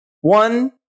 One